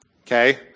Okay